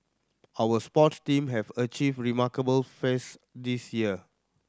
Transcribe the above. our sports team have achieved remarkable feats this year